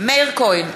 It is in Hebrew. מאיר כהן,